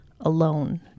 alone